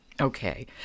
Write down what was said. Okay